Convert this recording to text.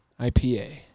IPA